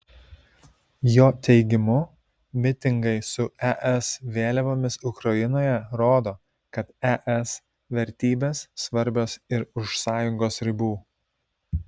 jo teigimu mitingai su es vėliavomis ukrainoje rodo kad es vertybės svarbios ir už sąjungos ribų